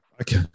Okay